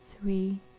three